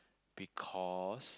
because